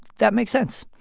that makes sense.